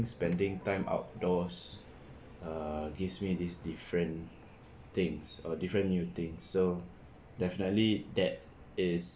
spending time outdoors uh gives me these different things uh different new thing so definitely that is